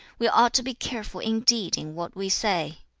we ought to be careful indeed in what we say.